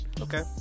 Okay